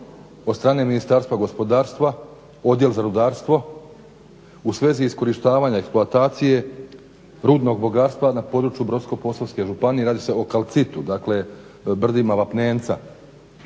od strane Ministarstva gospodarstva, odjel za rudarstvo u svezi iskorištavanja eksploatacije rudnog bogatstva na području Brodsko-posavske županije, radi se o kalcitu dakle brdima vapnenca.